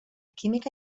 química